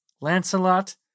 Lancelot